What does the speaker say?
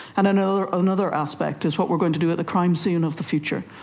and another another aspect is what we're going to do at the crime scene of the future.